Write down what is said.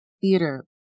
theater